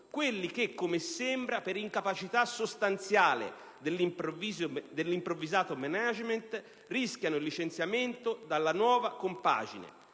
quelli che, per incapacità sostanziale dell'improvvisato *management*, rischiano il licenziamento dalla nuova compagine,